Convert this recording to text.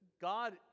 God